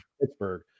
Pittsburgh